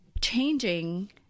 changing